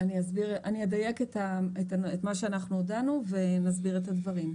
אדייק את מה שאנחנו הודענו ואסביר את הדברים.